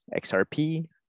xrp